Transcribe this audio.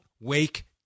wake